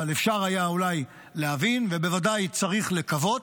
אבל אפשר היה אולי להבין ובוודאי צריך לקוות,